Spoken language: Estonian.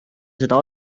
seda